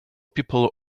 people